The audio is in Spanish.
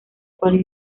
cual